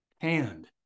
hand